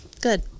Good